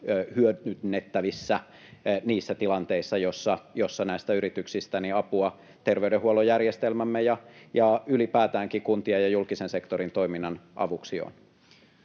hyödynnettävissä niissä tilanteissa, joissa näistä yrityksistä on apua terveydenhuoltojärjestelmämme ja ylipäätäänkin kuntien ja julkisen sektorin toiminnan avuksi.